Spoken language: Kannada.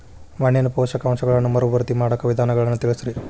ಮಣ್ಣಿನ ಪೋಷಕಾಂಶಗಳನ್ನ ಮರುಭರ್ತಿ ಮಾಡಾಕ ವಿಧಾನಗಳನ್ನ ತಿಳಸ್ರಿ